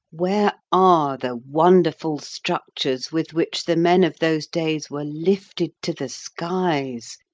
where are the wonderful structures with which the men of those days were lifted to the skies,